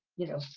you know,